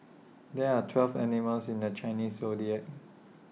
there're twelve animals in the Chinese Zodiac